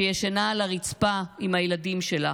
שישנה על הרצפה עם הילדים שלה.